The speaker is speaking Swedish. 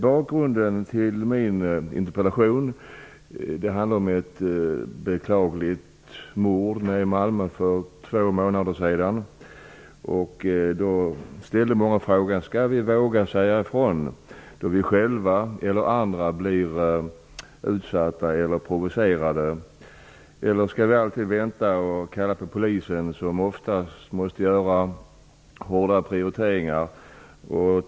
Bakgrunden till min interpellation är ett beklagligt mord i Malmö för två månader sedan. Många ställde frågan: Skall vi våga säga ifrån då vi själva eller andra blir utsatta för något eller blir provocerade, eller skall vi alltid vänta och kalla på polisen? Polisen måste ju ofta göra hårda prioriteringar.